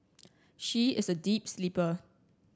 she is a deep sleeper